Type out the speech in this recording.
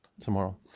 tomorrow